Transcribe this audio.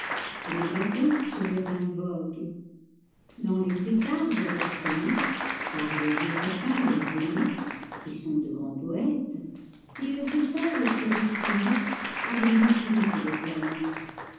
les bateaux qui sur le rhin voguent dans les sept arts endoctrinés par les vieux sapins leurs aînés qui sont de grands poètes ils se savent prédestinés à briller plus que des planètes